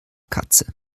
katze